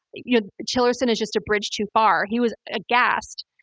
you know tillerson is just a bridge too far. he was aghast.